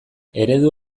eredu